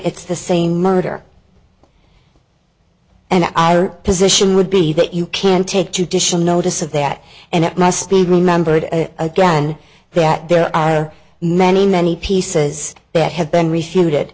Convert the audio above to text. it's the same murder and our position would be that you can take judicial notice of that and it must be remembered again that there are none in many pieces that have been refuted